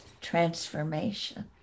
transformation